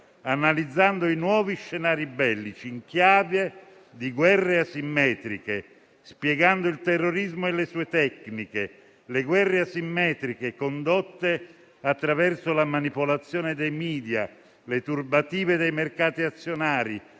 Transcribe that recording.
analizzando i nuovi scenari bellici in chiave di guerre asimmetriche e spiegando il terrorismo e le sue tecniche; le guerre asimmetriche vengono condotte attraverso la manipolazione dei *media*, le turbative dei mercati azionari,